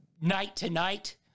night-to-night